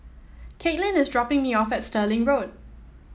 Kaitlin is dropping me off at Stirling Road